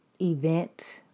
event